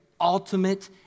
ultimate